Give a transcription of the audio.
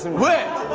and with